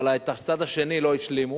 אבל את הצד השני לא השלימו,